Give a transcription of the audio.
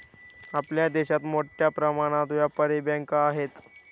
आपल्या देशात मोठ्या प्रमाणात व्यापारी बँका आहेत